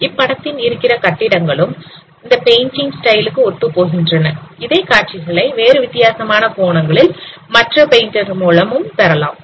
இப்படத்தில் இருக்கிற கட்டிடங்களும் இந்த பெயிண்டிங் ஸ்டைலுக்கு ஒத்துப்போகின்றன இதே காட்சிகளை வேறு வித்தியாசமான கோணங்களில் மற்ற பெயிண்டர்மூலமும் பெறலாம்